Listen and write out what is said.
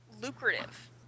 lucrative